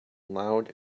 loud